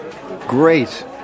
Great